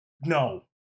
No